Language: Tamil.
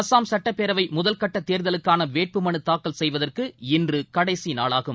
அசாம் சட்டப்பேரவை முதல் கட்ட தேர்தலுக்கான வேட்புமனுதாக்கல் செய்வதற்கு இன்று கடைசி நாளாகும்